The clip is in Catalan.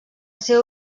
seu